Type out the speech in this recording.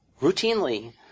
routinely